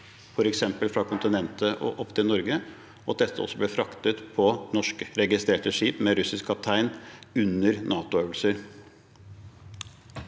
f.eks. fra kontinentet og opp til Norge, og at dette også ble fraktet på norskregistrerte skip med russisk kaptein under NATO-øvelser?